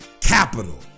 capital